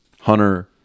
Hunter